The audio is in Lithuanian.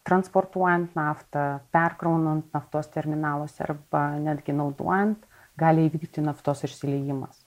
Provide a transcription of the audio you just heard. transportuojant naftą perkraunant naftos terminaluose arba netgi naudojant gali įvykti naftos išsiliejimas